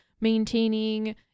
maintaining